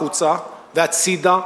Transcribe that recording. החוצה והצדה,